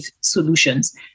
solutions